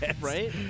Right